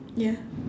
ya